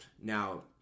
Now